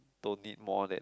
don't need more that